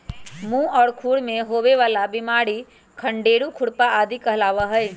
मुह और खुर में होवे वाला बिमारी खंडेरू, खुरपा आदि कहलावा हई